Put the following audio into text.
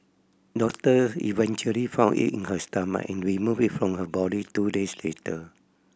doctor eventually found it in her stomach and removed it from her body two days later